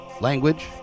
language